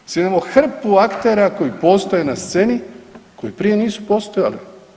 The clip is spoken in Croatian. Sad imamo hrpu aktera koji postoje na sceni koji prije nisu postojali.